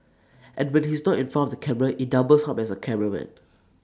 and when he's not in front of the camera he doubles up as A cameraman